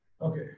Okay